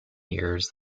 years